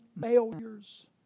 failures